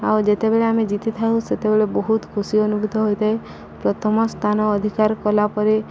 ଆଉ ଯେତେବେଳେ ଆମେ ଜିତି ଥାଉ ସେତେବେଳେ ବହୁତ ଖୁସି ଅନୁଭୂତ ହୋଇଥାଏ ପ୍ରଥମ ସ୍ଥାନ ଅଧିକାର କଲାପରେ